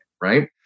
right